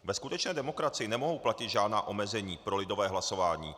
Ve skutečné demokracii nemohou platit žádná omezení pro lidové hlasování.